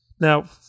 Now